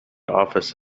office